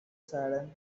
saddened